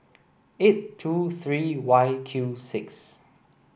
eight two three Y Q six